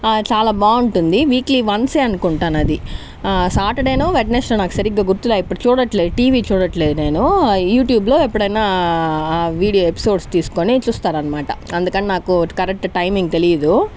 చాలా బాగుంటుంది వీక్లీ వన్సే అనుకుంటా అది సాటర్డేనో వెన్స్డేనో నాకు సరిగ్గా గుర్తులేదు ఇప్పుడు చూడట్లే టీవీ చూడట్లేదు నేను యూట్యూబ్లో ఎప్పుడన్నా వీడియో ఎపిసోడ్స్ తీసుకొని చూస్తాను అనమాట అందుకని నాకు కరెక్ట్ టైమింగ్ తెలియదు